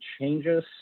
changes